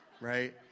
Right